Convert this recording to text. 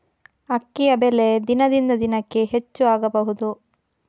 ಅಕ್ಕಿಯ ಬೆಲೆ ದಿನದಿಂದ ದಿನಕೆ ಹೆಚ್ಚು ಆಗಬಹುದು?